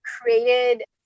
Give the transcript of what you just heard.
created